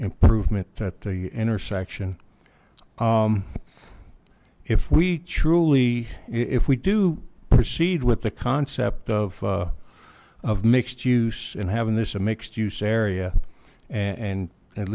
improvement that the intersection if we truly if we do proceed with the concept of of mixed use in having this a mixed use area and at